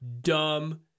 dumb